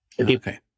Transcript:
Okay